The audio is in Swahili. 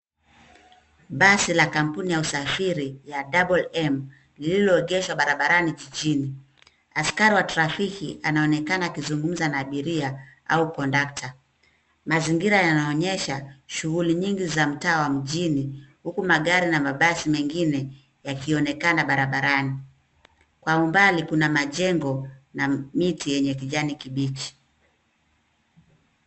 Basi la kampuni ya usafiri ya double M lililoegeshwa barabarani jijini. Askari wa trafiki anaonekana akizungumza na abiria au kondakta. Mazingira yanaonyesha shughuli nyingi za mtaa wa mjini, huku magari na mabasi mengine yakionekana barabarani. Kwa umbali kuna majengo na miti yenye kijani kibichi.